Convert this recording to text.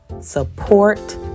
support